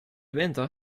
winter